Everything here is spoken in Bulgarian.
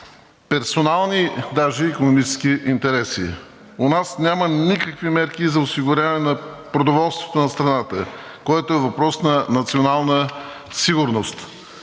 персонални икономически интереси. У нас няма никакви мерки за осигуряване на продоволствието на страната, което е въпрос на национална сигурност.